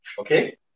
okay